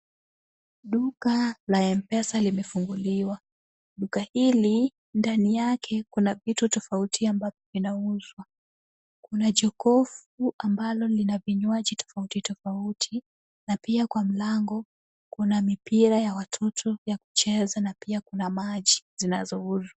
Duka la M-Pesa limefunguliwa. Duka hili ndani yake kuna vitu tofauti ambavyo vinauzwa. Kuna jokofu ambalo lina vinywaji tofauti tofauti na pia kwa mlango kuna mipira ya watoto ya kucheza na pia kuna maji zinazouzwa.